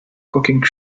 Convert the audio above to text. cooking